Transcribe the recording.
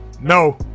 No